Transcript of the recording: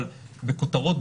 אבל בכותרות,